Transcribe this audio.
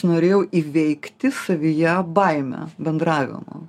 norėjau įveikti savyje baimę bendravimo